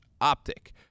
optic